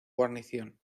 guarnición